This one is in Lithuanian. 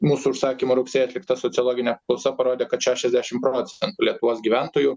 mūsų užsakymu rugsėjį atlikta sociologinė apklausa parodė kad šešiasdešim procentų lietuvos gyventojų